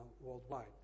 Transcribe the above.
worldwide